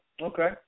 Okay